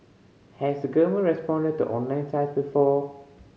has the government responded to online sites before